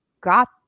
got